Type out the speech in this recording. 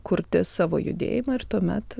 kurti savo judėjimą ir tuomet